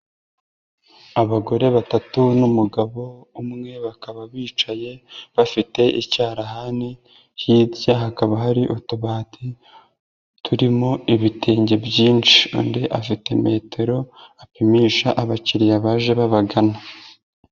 Abagore batatu n'umugabo umwe bakaba bicaye bafite icyarahani, hirya hakaba hari utubati turimo ibitenge byinshi. Undi afite metero apimisha abakiriya baje babagana.